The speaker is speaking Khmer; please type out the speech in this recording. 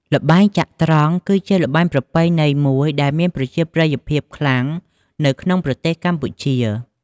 ល្បែងចត្រង្គ គឺជាល្បែងប្រពៃណីមួយដែលមានប្រជាប្រិយភាពខ្លាំងនៅក្នុងប្រទេសកម្ពុជា។